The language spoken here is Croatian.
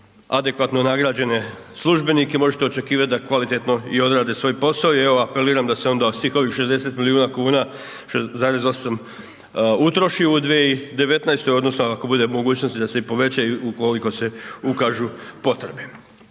adekvatno nagrađene službenike, možete očekivati da kvalitetno i odrade svoj posao i evo, apeliram da se onda kao i 60 milijuna kuna, 60,8 utroši u 2019. odnosno ako bude mogućnosti da se i povećaju ukoliko se ukažu potrebe.